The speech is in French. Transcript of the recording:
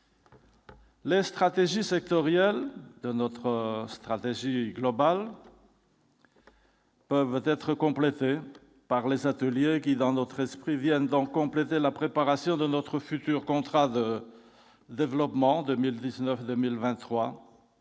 Les stratégies sectorielles notre stratégie globale. Peuvent être complétées par les ateliers qui, dans notre esprit, viennent donc compléter la préparation de notre futur contrat de développement 2019, 2023